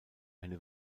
eine